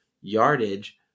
yardage